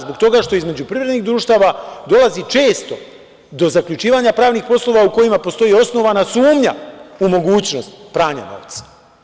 Zbog toga što između privrednih društava dolazi često do zaključivanja pravnih poslova u kojima postoji osnovana sumnja u mogućnost pranja novca.